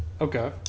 Okay